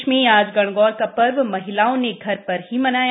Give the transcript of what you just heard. प्रदेश में आज गणगौर का पर्व महिलाओं ने घर पर ही मनाया